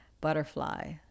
butterfly